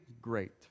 great